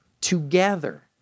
Together